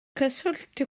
cyswllt